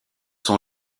sont